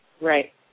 right